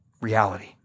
reality